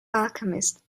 alchemist